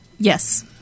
Yes